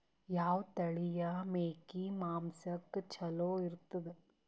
ಯಾವ ತಳಿಯ ಮೇಕಿ ಮಾಂಸಕ್ಕ ಚಲೋ ಇರ್ತದ?